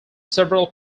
several